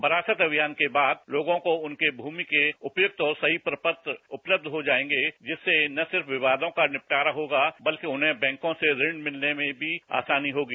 वरासत अभियान के बाद लोगों को उनके भूमि के उपयुक्त और सही प्रपत्र उपलब्ध हो जाएंगे जिससे न सिर्फ विवादों का निपटारा होगा बल्कि उन्हें बैंकों से ऋण मिलने में भी आसानी होगी